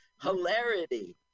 Hilarity